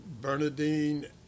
Bernadine